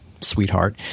sweetheart